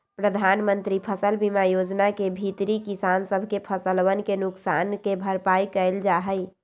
प्रधानमंत्री फसल बीमा योजना के भीतरी किसान सब के फसलवन के नुकसान के भरपाई कइल जाहई